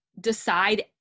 decide